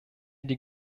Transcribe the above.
die